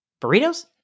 Burritos